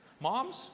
Moms